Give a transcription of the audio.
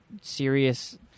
serious